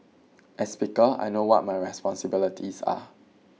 as speaker I know what my responsibilities are